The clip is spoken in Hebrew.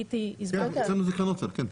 אצלנו זה קרנות סל, כן.